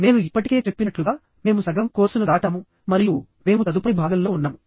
నేను ఇప్పటికే చెప్పినట్లుగా మేము సగం కోర్సును దాటాము మరియు మేము తదుపరి భాగంలో ఉన్నాము